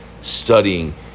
studying